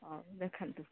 ହଉ ଦେଖାନ୍ତୁ